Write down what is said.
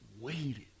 waited